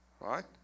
right